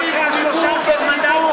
לא מסיתים ציבור בציבור.